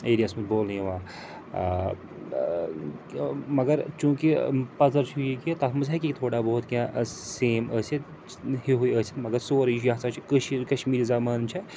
ایریاہَس منٛز بولنہٕ یِوان مگر چوٗنٛکہِ پزر چھُ یہِ کہِ تَتھ منٛز ہٮ۪کہِ یہِ تھوڑا بہت کیٚنٛہہ سیم ٲسِتھ ہیٚوُے ٲسِتھ مَگر سورُے یہِ ہَسا چھِ کٲشٕر کشمیٖری زبان چھےٚ